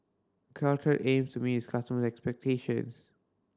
caltrate aims to meet its customers' expectations